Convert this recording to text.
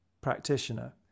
practitioner